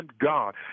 God